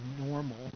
normal